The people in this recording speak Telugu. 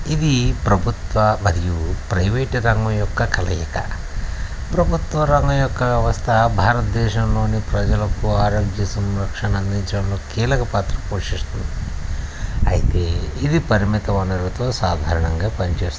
ఇది ప్రభుత్వ మరియు ప్రైవేట్ రంగం యొక్క కలయిక ప్రభుత్వ రంగం యొక్క వ్యవస్థ భారతదేశంలోని ప్రజలకు ఆరోగ్య సంరక్షణ అందించడంలో కీలకపాత్ర పోషిస్తుంది అయితే ఇది పరిమిత వనరులతో సాధారణంగా పని చేస్తుంది